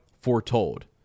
foretold